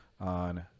on